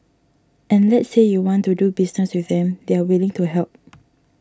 and let's say you want to do business with them they're willing to help